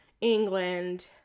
England